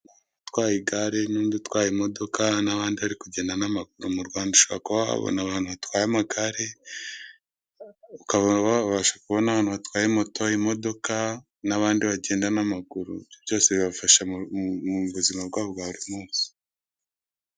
Utwaye igare n'undi utwaye imodoka n'abandi bari kugenda n'amaguru mu Rwanda ushobora kuba wahabona abantu batwaye amagare, ukaba wabasha kubona abantu batwaye moto, imodoka n'abandi bagenda n'amaguru byose bibafasha mu buzima bwa buri munsi.